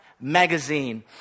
magazine